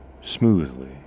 smoothly